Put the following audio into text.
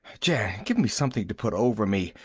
jan, give me something to put over me!